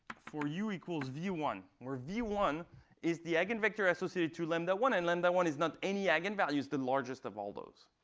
for u equals v one, where v one is the eigenvector associated to lambda one and lambda one is not any eigenvalues, it's the largest of all those.